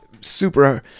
super